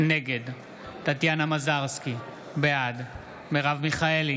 נגד טטיאנה מזרסקי, בעד מרב מיכאלי,